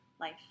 life